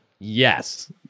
yes